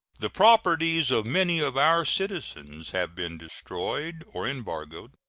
the properties of many of our citizens have been destroyed or embargoed,